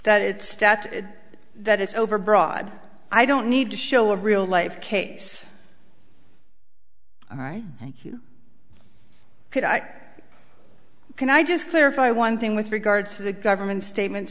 that it's staffed and that it's overbroad i don't need to show a real life case all right thank you could i can i just clarify one thing with regard to the government statements